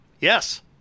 Yes